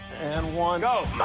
and one. go!